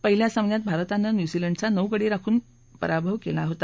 पहिल्या सामन्यात भारतानं न्यूझीलंडचा नऊ गडी राखून जिंकला होता